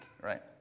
right